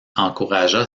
encouragea